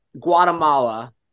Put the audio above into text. Guatemala